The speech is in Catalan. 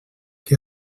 que